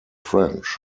french